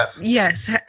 Yes